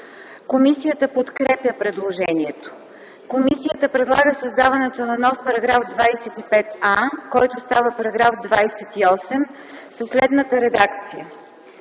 Комисията подкрепя предложението. Комисията предлага създаването на нов § 25а, който става § 28 със следната редакция: